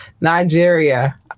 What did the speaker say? Nigeria